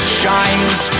shines